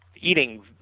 eating